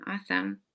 Awesome